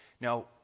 Now